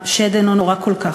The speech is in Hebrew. כאשר שישה שופטים אישרו את החוק,